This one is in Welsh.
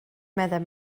meddai